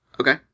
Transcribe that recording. Okay